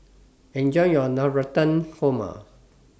Enjoy your Navratan Korma